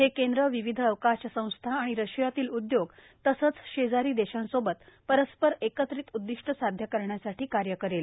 हे केंद्र विविध अवकाश संस्था आणि रशियातील उद्योग तसंच षेजारी देशांसोबत परस्पर एकत्रित उद्दिश्ट साध्य करण्यासाठी कार्य करेल